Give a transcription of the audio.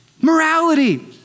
morality